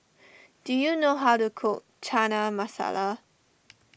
do you know how to cook Chana Masala